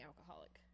alcoholic